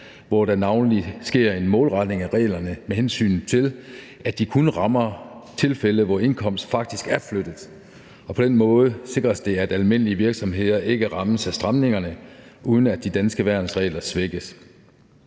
hvor der navnlig sker en målretning af reglerne, med hensyn til at de kun rammer tilfælde, hvor indkomst faktisk er flyttet, og på den måde sikres det, at almindelige virksomheder ikke rammes af stramningerne, uden at de danske værnsregler svækkes.